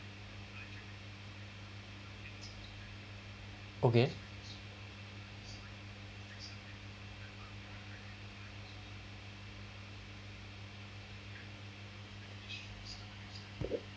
okay